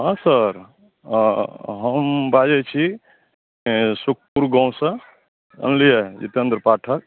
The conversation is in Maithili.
हँ सर हम बाजै छी सुतपुर गाँवसँ जानलियै जितेन्द्र पाठक